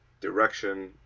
direction